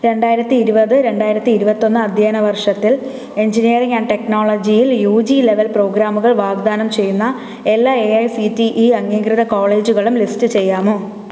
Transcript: രണ്ടായിരത്തി ഇരുപത് രണ്ടായിരത്തി ഇരുപത്തൊന്ന് അധ്യയന വർഷത്തിൽ എഞ്ചിനീയറിങ്ങ് ആൻഡ് ടെക്നോളജിയിൽ യു ജി ലെവൽ പ്രോഗ്രാമുകൾ വാഗ്ദാനം ചെയ്യുന്ന എല്ലാ A I C T E അംഗീകൃത കോളേജുകളും ലിസ്റ്റ് ചെയ്യാമോ